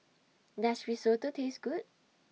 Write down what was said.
Does Risotto Taste Good